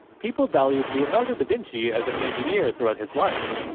people valued leonardo da vinci as an engineer throughout his life.